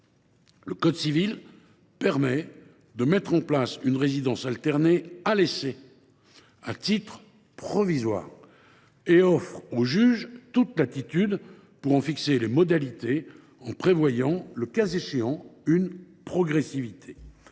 le code civil permet de mettre en place une résidence alternée à l’essai, à titre provisoire, et offre au juge toute latitude pour en fixer les modalités en prévoyant, le cas échéant, une progressivité.